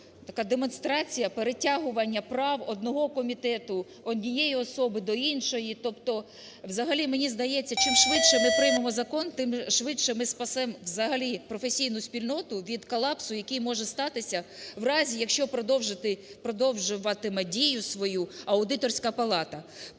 така демонстрація перетягування прав одного комітету, однієї особи до іншої. Тобто взагалі мені здається, чим швидше ми приймемо закон, тим швидше ми спасемо взагалі професійну спільноту від колапсу, який може статися в разі, якщо продовжуватиме дію свою Аудиторська палата.